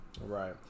Right